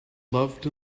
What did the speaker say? loved